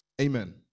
amen